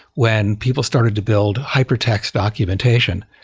when people started to build hypertext documentation,